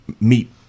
meet